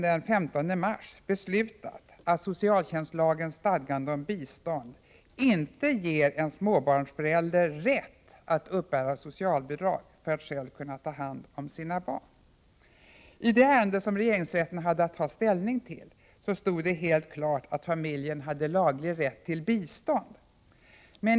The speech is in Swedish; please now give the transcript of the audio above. I det ärende som regeringsrätten hade att ta ställning till stod helt klart att familjen hade laglig rätt till bistånd.